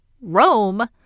Rome